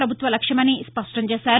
పభుత్వ లక్ష్యమని స్పష్టంచేశారు